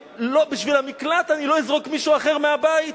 בשביל המקלט אני לא אזרוק מישהו אחר מהבית.